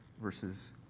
verses